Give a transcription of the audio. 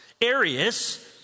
Arius